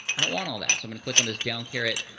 i don't want all that, so i'm gonna click on this down caret.